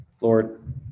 Lord